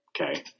Okay